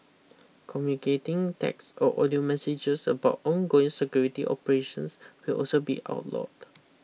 communicating text or audio messages about ongoing security operations will also be outlawed